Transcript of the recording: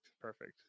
Perfect